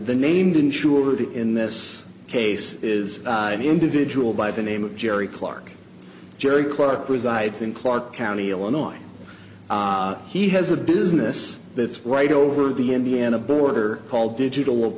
the named insured in this case is an individual by the name of jerry clark jerry clark resides in clark county illinois he has a business that's right over the indiana border called digital